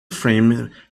framed